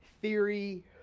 theory